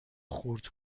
خرد